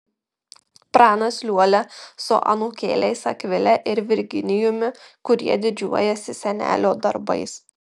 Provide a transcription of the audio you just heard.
pranas liuolia su anūkėliais akvile ir virginijumi kurie didžiuojasi senelio darbais